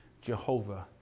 Jehovah